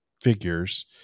figures